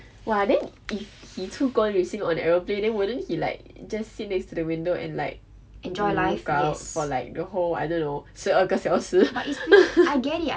!wah! then if he 出国旅行 on aeroplane then wouldn't he like just sit next to the window and like look out for like that whole I don't know 十二个小时